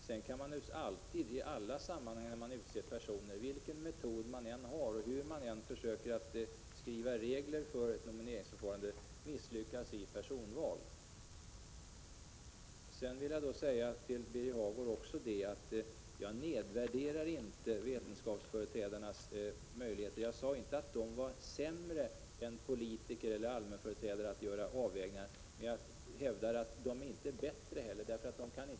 Sedan kan naturligtvis valen misslyckas, vilken metod som än används och vilka regler som än skrivs, i alla sammanhang. Jag vill också säga till Birger Hagård att jag inte nedvärderar vetenskapsföreträdarnas möjligheter. Jag sade inte att de var sämre än politiker eller allmänföreträdare på att göra avvägningar, men jag hävdar att de inte heller är bättre.